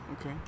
Okay